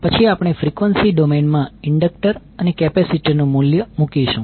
પછી આપણે frequency domain માં ઇન્ડક્ટર અને કેપેસિટર નું મૂલ્ય મૂકીશું